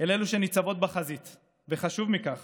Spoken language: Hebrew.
הן שניצבות בחזית, וחשוב מכך